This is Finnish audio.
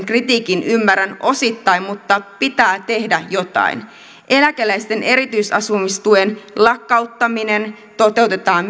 kritiikin ymmärrän osittain mutta pitää tehdä jotain myös eläkeläisten erityisasumistuen lakkauttaminen toteutetaan